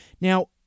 Now